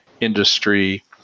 industry